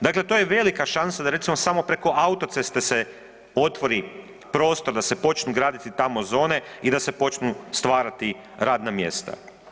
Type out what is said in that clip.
Dakle, to je velika šansa da recimo samo preko autoceste se otvori prostor da se počnu graditi tamo zone i da se počnu stvarati radna mjesta.